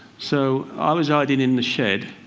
so i was hiding in the shed,